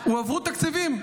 הועברו תקציבים.